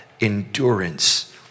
endurance